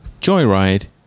Joyride